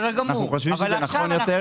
אנחנו חושבים שזה נכון יותר.